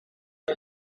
wil